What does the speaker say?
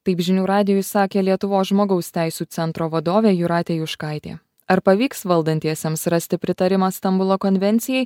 taip žinių radijui sakė lietuvos žmogaus teisių centro vadovė jūratė juškaitė ar pavyks valdantiesiems rasti pritarimą stambulo konvencijai